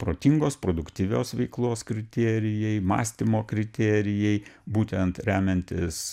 protingos produktyvios veiklos kriterijai mąstymo kriterijai būtent remiantis